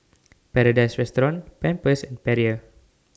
Paradise Restaurant Pampers and Perrier